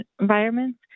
environments